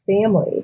family